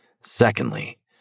Secondly